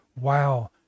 wow